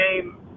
game